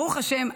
ברוך השם,